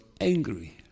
angry